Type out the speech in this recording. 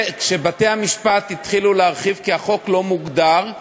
כשבתי-המשפט התחילו להרחיב, כי החוק לא מוגדר,